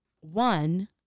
one